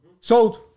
Sold